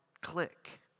click